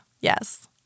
Yes